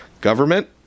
government